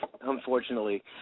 unfortunately